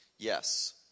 Yes